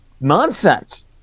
nonsense